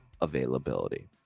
availability